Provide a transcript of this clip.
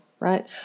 right